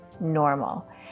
normal